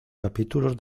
capítulos